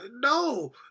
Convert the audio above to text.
No